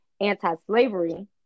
anti-slavery